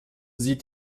sie